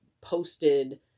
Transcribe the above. posted